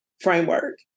framework